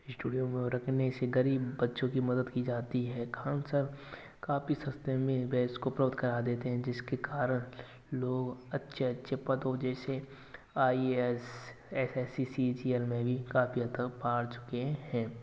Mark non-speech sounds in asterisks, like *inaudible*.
studio में रखने से गरीब बच्चों की मदद की जाती है खान सर काफी सस्ते में बैच को *unintelligible* करा देते हैं जिसके कारण लोग अच्छे अच्छे पदों जैसे I A S S S C C G L में भी काफी हद तक फाड़ चुके हैं